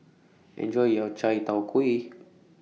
Enjoy your Chai Tow Kuay